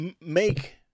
make